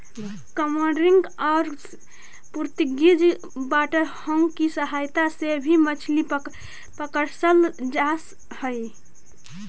cormorant और Portuguese water dog की सहायता से भी मछली पकड़रल जा हई